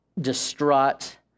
distraught